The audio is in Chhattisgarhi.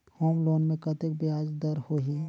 होम लोन मे कतेक ब्याज दर होही?